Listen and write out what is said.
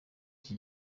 iki